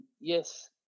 yes